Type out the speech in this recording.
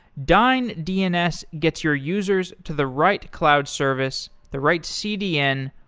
dyn dns gets your users to the right cloud service, the right cdn,